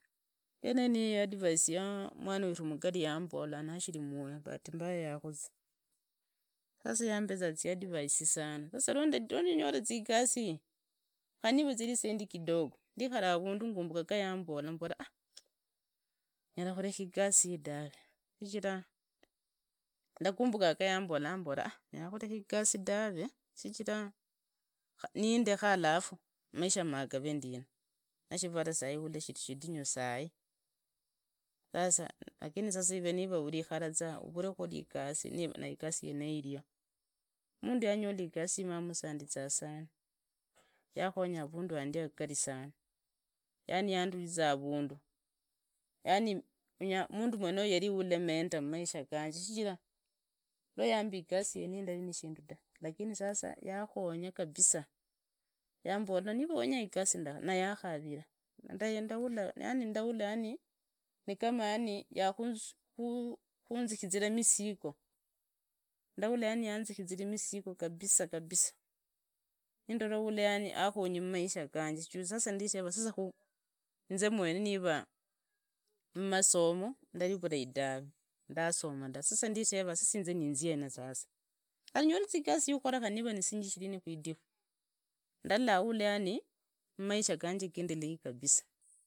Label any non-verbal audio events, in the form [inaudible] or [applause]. Yeneyo ndo advice ya mwana weru mugari yambola mashiri moyo bahati mbaya yakhuza, sasa yambezanga ziadvice sana, sasa wandanyolaza igasi iyi, khuri niva ni ya zisendi kidogo ndikhala avundu gumbuka gayambola ngumbuka [hesitation] nyalakhureka igasi iyi tawe shichira ndakumbaka gayambola nyala khureka igasi ryi tawe shichira nindekha maisha gamagaree ndina nee shivula shivee shidinyu sana. Sasa ivee ulikhala za uvuree khukhora, igasi niva igasi nayo iria, mundu yakhonya igasi iyi mamusandisa sana yakhonya avundu, yani yanduriza avundu, yani mundu mwenoyo yarimentor khumaisha ganje shichira yaamba igasi yeneyi ndari na shindu da lakini yakhonya kabisa yambola niva wenya igasi, nayakhavira ndahu… ndahala yani… yani yakhanzukhira misigo, ndahula hanzikhizire misigo kabisa kabisa, nindola uyu akhenyi khumaisha ganje shichira nditeraa juu sasa inze mwene mmasamo ndari vulai tawe, ndasoma ta, sasa ndirarua inzi manzii hena sasa, khari uyole igasi yukhakhora kari niva ni siringi shirini khuvidhiku, ndalola yani mumaisha ganje gendelei kabisa.